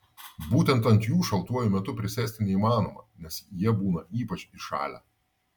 būtent ant jų šaltuoju metu prisėsti neįmanoma nes jie būna ypač įšalę